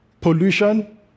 pollution